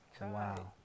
Wow